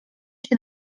się